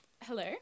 Hello